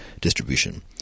distribution